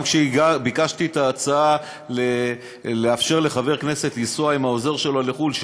גם כשביקשתי את ההצעה לאפשר לחבר כנסת לנסוע עם העוזר שלו לחו"ל,